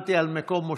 הסתכלתי על מקום מושבך.